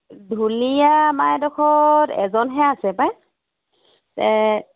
ঢুলীয়া আমাৰ এই ডোখৰত এজনহে আছে পায় এহ